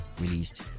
released